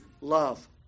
love